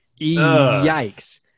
Yikes